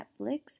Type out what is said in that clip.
Netflix